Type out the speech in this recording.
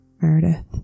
Meredith